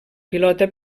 pilota